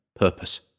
purpose